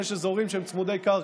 ויש אזורים שהם צמודי קרקע,